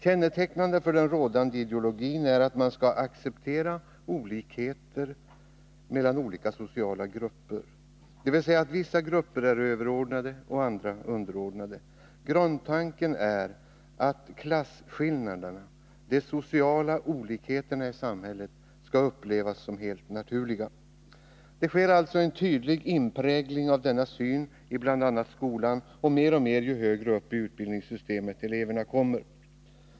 Kännetecknande för den rådande ideologin är att man skall acceptera olikheter mellan olika sociala grupper, dvs. att vissa grupper är överordnade och andra underordnade. Grundtanken är att klasskillnaderna, de sociala olikheterna i samhället, skall upplevas som helt naturliga. Det sker alltså en tydlig inprägling av denna syn inom bl.a. skolan och mer och mer ju högre upp i utbildningssystemet eleverna kommer.